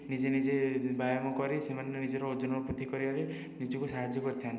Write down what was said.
ନିଜେ ନିଜେ ବ୍ୟାୟାମ କରି ସେମାନେ ନିଜର ଓଜନ ବୃଦ୍ଧି କରିବାରେ ନିଜକୁ ସାହାଯ୍ୟ କରିଥାନ୍ତି